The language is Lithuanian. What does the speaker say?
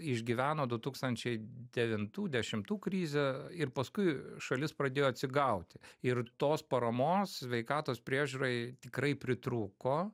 išgyveno du tūkstančiai devintų dešimtų krizę ir paskui šalis pradėjo atsigauti ir tos paramos sveikatos priežiūrai tikrai pritrūko